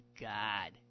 God